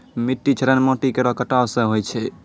मिट्टी क्षरण माटी केरो कटाव सें होय छै